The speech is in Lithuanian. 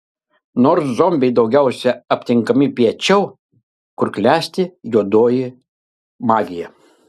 nors zombiai daugiausiai aptinkami piečiau kur klesti juodoji magija